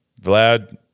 vlad